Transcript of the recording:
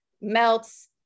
melts